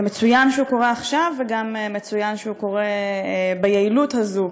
ומצוין שהוא קורה עכשיו וגם מצוין שהוא קורה ביעילות הזאת,